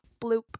Bloop